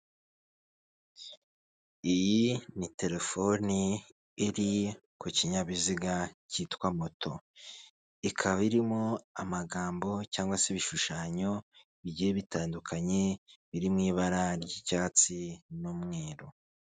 Iyi ni telefoni iri ku kinyabiziga cyitwa moto ikaba irimo amagambo cyangwa se ibishushanyo bigiye bitandukanye biri mu ibara ry'icyatsi n'umweru.